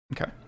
Okay